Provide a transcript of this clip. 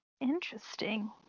Interesting